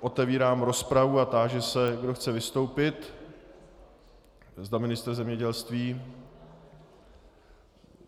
Otevírám rozpravu a táži se, kdo chce vystoupit, zda ministr zemědělství nebo